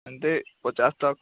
ଏମିତି ପଚାଶ୍ ତକ୍